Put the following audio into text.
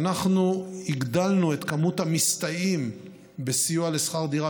אנחנו הגדלנו את מספר המסתייעים בסיוע בשכר דירה